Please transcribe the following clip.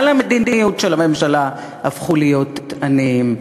המדיניות של הממשלה הפכו להיות עניים.